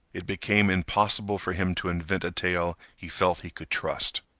it became impossible for him to invent a tale he felt he could trust.